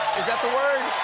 is that the word?